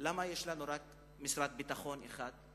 למה יש לנו משרד ביטחון אחד?